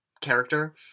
character